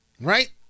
Right